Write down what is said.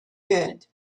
good